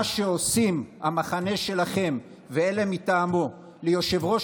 מה שעושה המחנה שלכם ואלה מטעמו ליושב-ראש